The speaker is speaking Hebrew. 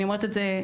אני אומרת את זה,